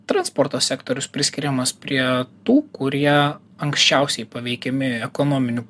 transporto sektorius priskiriamas prie tų kurie anksčiausiai paveikiami ekonominių